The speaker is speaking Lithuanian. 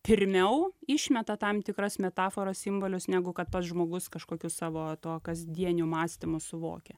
pirmiau išmeta tam tikras metaforas simbolius negu kad pats žmogus kažkokiu savo tuo kasdieniu mąstymu suvokia